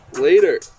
Later